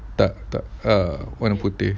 tak tak err that [one] putih